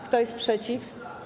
Kto jest przeciw?